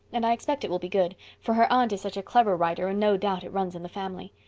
and i expect it will be good, for her aunt is such a clever writer and no doubt it runs in the family.